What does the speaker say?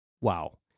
Wow